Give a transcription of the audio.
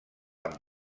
amb